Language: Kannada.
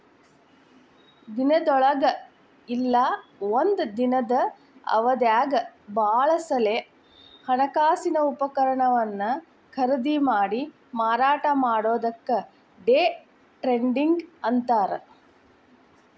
ದಿನದೊಳಗ ಇಲ್ಲಾ ಒಂದ ದಿನದ್ ಅವಧ್ಯಾಗ್ ಭಾಳ ಸಲೆ ಹಣಕಾಸಿನ ಉಪಕರಣವನ್ನ ಖರೇದಿಮಾಡಿ ಮಾರಾಟ ಮಾಡೊದಕ್ಕ ಡೆ ಟ್ರೇಡಿಂಗ್ ಅಂತಾರ್